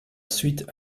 suite